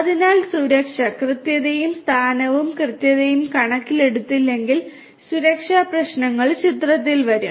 അതിനാൽ സുരക്ഷ കൃത്യതയും സ്ഥാനവും കൃത്യതയും കണക്കിലെടുത്തില്ലെങ്കിൽ സുരക്ഷാ പ്രശ്നങ്ങൾ ചിത്രത്തിൽ വരും